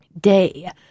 day